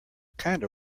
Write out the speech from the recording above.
kinda